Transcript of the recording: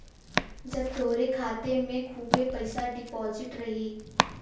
जब तोहरे खाते मे खूबे पइसा डिपोज़िट रही